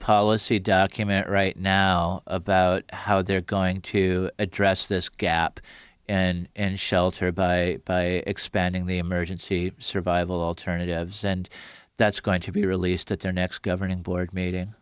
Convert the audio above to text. policy document right now about how they're going to address this gap and shelter by expanding the emergency survival alternatives and that's going to be released at their next governing board meeting